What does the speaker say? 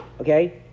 okay